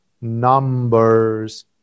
numbers